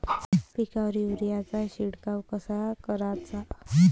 पिकावर युरीया चा शिडकाव कसा कराचा?